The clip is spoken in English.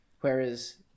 whereas